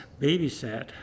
babysat